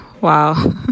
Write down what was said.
Wow